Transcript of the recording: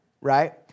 right